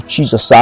Jesus